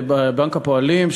בבנק הפועלים,